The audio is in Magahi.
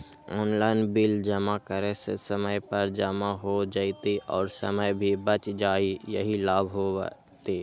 ऑनलाइन बिल जमा करे से समय पर जमा हो जतई और समय भी बच जाहई यही लाभ होहई?